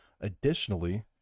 additionally